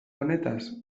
honetaz